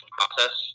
process